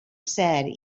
said